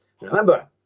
Remember